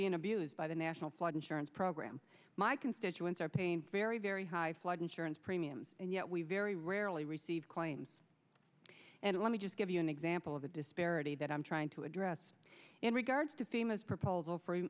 being abused by the national flood insurance program my constituents are paying very very high flood insurance premiums and yet we very rarely receive claims and let me just give you an example of the disparity that i'm trying to address in regards to famous proposal for